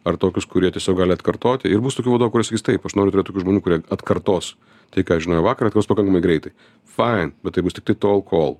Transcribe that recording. ar tokius kurie tiesiog gali atkartoti ir bus tokių vadovų kurie sakys taip aš noriu turėt tokių žmonių kurie atkartos tai ką žinojo vakar atos pakankamai greitai fain bet taip bus tik tol kol